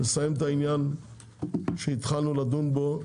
לסיים את העניין שהתחלנו לדון בו